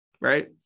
right